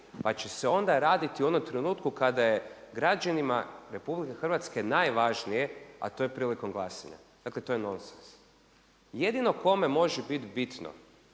pa će se onda raditi u onom trenutku kada je građanima Republike Hrvatske najvažnije, a to je prilikom glasanja. Dakle, to je nonsens. Jedino kome može biti bitno